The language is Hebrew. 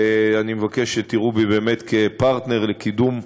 ואני מבקש שתראו בי פרטנר לקידום יוזמות.